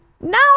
No